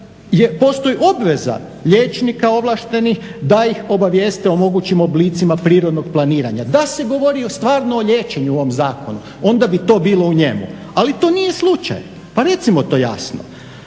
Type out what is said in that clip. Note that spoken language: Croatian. da postoji obveza liječnika ovlaštenih da ih obavijeste o mogućim oblicima prirodnog planiranja. Da se govori stvarno o liječenju u ovom zakonu onda bi to bilo u njemu, ali to nije slučaj, pa recimo to jasno.